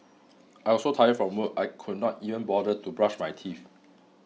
I was so tired from work I could not even bother to brush my teeth